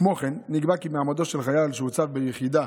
כמו כן, נקבע כי מעמדו של חייל שהוצב ביחידה,